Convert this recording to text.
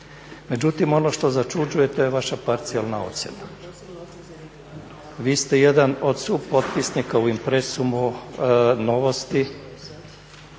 Međutim, ono što začuđuje to je vaša parcijalna ocjena. Vi ste jedan od supotpisnika u impresumu Novosti,